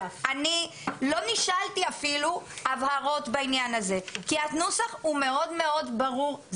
לא נשאלתי לגבי הבהרות בעניין הזה כי הנוסח הוא מאוד מאוד ברור.